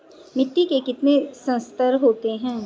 मिट्टी के कितने संस्तर होते हैं?